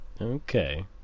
Okay